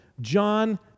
John